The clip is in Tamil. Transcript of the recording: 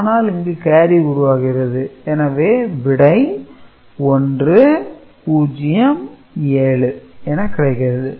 ஆனால் இங்கு கேரி உருவாகிறது எனவே விடை 1 0 7 என கிடைக்கிறது